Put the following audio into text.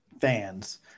fans